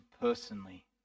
personally